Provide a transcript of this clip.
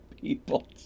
people